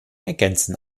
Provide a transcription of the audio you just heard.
ergänzen